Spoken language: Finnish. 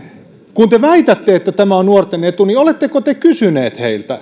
kun te väitätte että tämä on nuorten etu niin oletteko te kysyneet heiltä